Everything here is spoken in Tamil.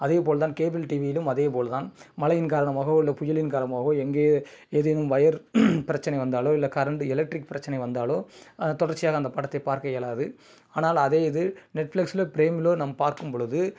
அதேபோல்தான் கேபிள் டிவியிலும் அதேபோல்தான் மழையின் காரணமாகவோ இல்ல புயலின் காரணமாகவோ எங்கே ஏதேனும் ஒயர் பிரச்சனை வந்தாலோ இல்லை கரண்ட் எலக்ட்ரிக் பிரச்சனை வந்தாலோ தொடர்ச்சியாக அந்த படத்தை பார்க்க இயலாது ஆனால் அதே இது நெட்ஃப்ளக்ஸிலோ ப்ரேமிலோ நாம் பார்க்கும் பொழுது